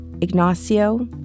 Ignacio